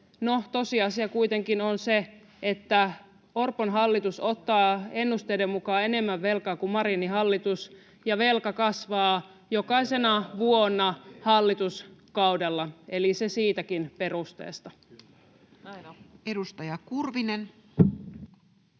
tosiasia kuitenkin on se, että Orpon hallitus ottaa ennusteiden mukaan enemmän velkaa kuin Marinin hallitus ja velka kasvaa jokaisena vuonna [Petri Huru: Teidän velkataakan takia!]